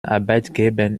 arbeitgebern